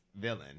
villain